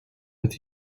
with